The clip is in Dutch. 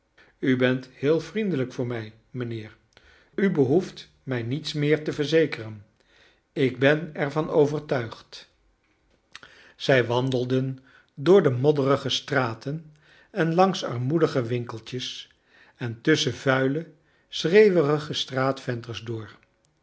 ll bent heel vriendelijk voor mij mijnheer u behoeft mij niets meer te verzekeren ik ben er van overtuigd kleine dorrit zij wandelden door de modderige straten en langs armoedige winkeltjes en tusschen vuile schreeuwerige straatvensters door